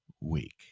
week